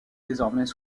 désormais